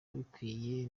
bikwiye